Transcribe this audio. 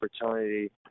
opportunity